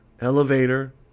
elevator